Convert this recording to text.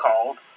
called